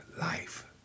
life